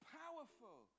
powerful